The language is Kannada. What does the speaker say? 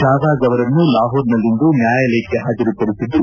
ಶಹಬಾಜ್ ಅವರನ್ನು ಲಾಹೋರ್ನಲ್ಲಿಂದು ನ್ನಾಯಾಲಯಕ್ಕೆ ಹಾಜರುಪಡಿಸಿದ್ದು